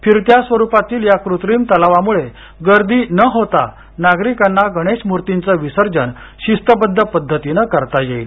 फिरत्या स्वरूपातील या क्रत्रिम तलावामुळे गर्दी न होता नागरिकांना गणेश मूर्तीचं विसर्जन शिस्तबद्ध पद्धतीनं करता येईल